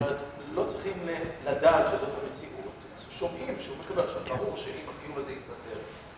לא צריכים לדעת שזאת המציאות. שומעים שהוא מקבל, עכשיו ברור שאם החיוב הזה ייסתר.